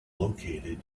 located